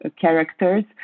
characters